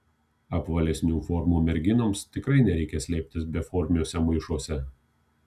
apvalesnių formų merginoms tikrai nereikia slėptis beformiuose maišuose